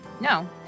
No